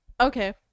Okay